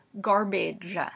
garbage